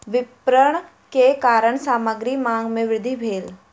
विपरण के कारण सामग्री मांग में वृद्धि भेल